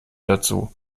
dazu